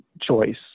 choice